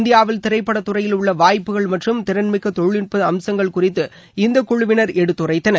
இந்தியாவில் திரைப்பட துறையில் உள்ள வாய்ப்புகள் மற்றும் திறன் மிக்க தொழில்நுட்ப அம்சங்கள் குறித்து இந்த குழுவினர் எடுத்துரைத்தனர்